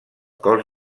cos